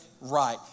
right